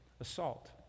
assault